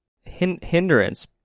Hindrance